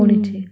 mm